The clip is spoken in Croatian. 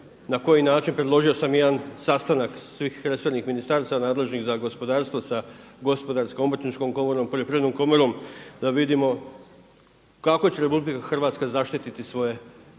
Na koji način? Predložio sam i jedan sastanak svih resornih ministarstava nadležnih za gospodarstvo sa Gospodarskom obrtničkom komorom, Poljoprivrednom komorom, da vidimo kako će RH zaštiti svoje